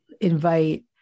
invite